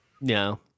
No